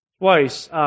Twice